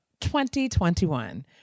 2021